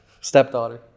Stepdaughter